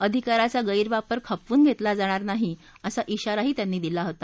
अधिकाराचा गैरवापर खपवून घत्तक्ला जाणार नाही असा विगराही त्यांनी दिला होता